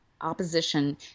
opposition